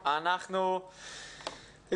ה-23 בנובמבר 2020. מתכבד לפתוח את ישיבת הוועדה.